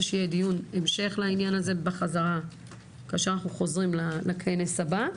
שיהיה דיון המשך לעניין הזה כאשר אנחנו חוזרים לכנס הבא.